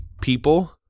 people